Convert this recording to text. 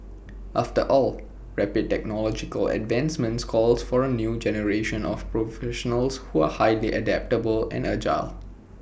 after all rapid technological advancements calls for A new generation of professionals who are highly adaptable and agile